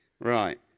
Right